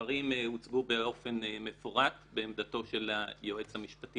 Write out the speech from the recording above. הדברים הוצגו באופן מפורט בעמדתו של היועץ המשפטי